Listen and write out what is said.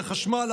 החשמל,